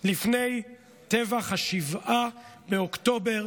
לפני טבח 7 באוקטובר,